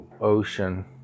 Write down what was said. ocean